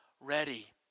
ready